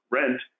rent